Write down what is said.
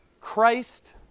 Christ